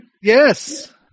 Yes